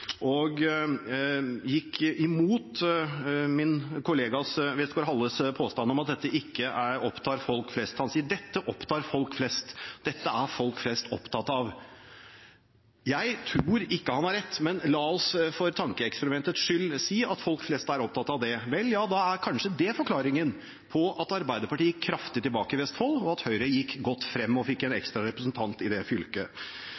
og gikk imot min kollega Westgaard-Halles påstand om at dette ikke opptar folk flest. Han sier at dette opptar folk flest, dette er folk flest opptatt av. Jeg tror ikke han har rett, men la oss for tankeeksperimentets skyld si at folk flest er opptatt av det. Ja, da er kanskje det forklaringen på at Arbeiderpartiet gikk kraftig tilbake i Vestfold, og at Høyre gikk godt frem og fikk en ekstra representant i fylket.